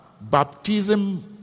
baptism